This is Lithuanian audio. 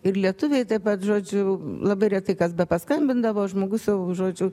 ir lietuviai taip pat žodžiu labai retai kas bepaskambindavo žmogus jau žodžiu